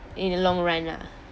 in the long run lah